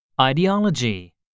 Ideology